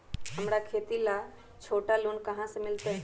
हमरा खेती ला छोटा लोने कहाँ से मिलतै?